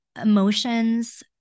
emotions